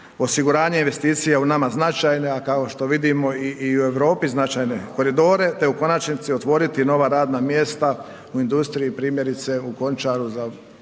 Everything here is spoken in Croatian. osiguranje investicija u nama značajne, a kao što vidimo i u Europi, značajne koridore te u konačnici otvoriti nova radna mjesta u industriji, primjerice u Končaru za